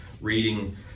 reading